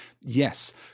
Yes